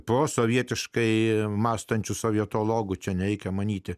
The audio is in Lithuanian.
po sovietiškai mąstančių sovietologinių čia nereikia manyti